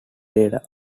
data